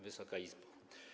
Wysoka Izbo!